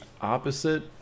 opposite